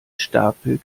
stapel